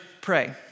pray